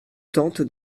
tante